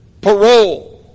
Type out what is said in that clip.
parole